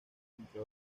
entre